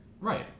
Right